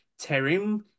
Terim